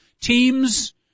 Teams